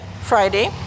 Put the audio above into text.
Friday